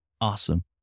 Awesome